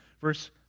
Verse